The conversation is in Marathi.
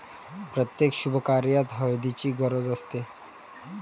प्रत्येक शुभकार्यात हळदीची गरज असते